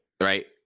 right